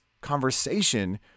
conversation